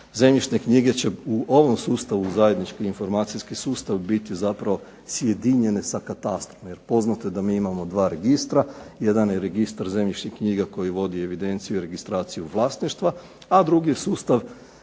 zemljišne knjige će u ovom sustavu zajednički informacijski sustav biti zapravo sjedinjene sa katastrom, jer poznato je da mi imamo dva registra, jedan je registar zemljišne knjige koje vodi evidenciju i registraciju vlasništva, a drugi je sustav